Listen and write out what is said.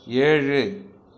ஏழு